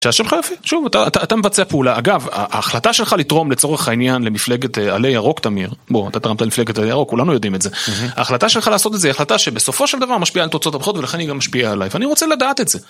שעה שלך יפה, שוב, אתה מבצע פעולה. אגב, ההחלטה שלך לתרום לצורך העניין למפלגת עלה ירוק, תמיר, בוא, אתה תרמת למפלגת עלה ירוק, כולנו יודעים את זה, ההחלטה שלך לעשות את זה היא החלטה שבסופו של דבר משפיעה על תוצאות הבחירות ולכן היא גם משפיעה עליי, ואני רוצה לדעת את זה.